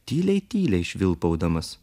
tyliai tyliai švilpaudamas